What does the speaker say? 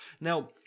Now